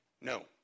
No